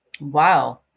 Wow